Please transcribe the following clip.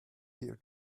here